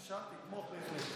בבקשה, אתמוך בהחלט.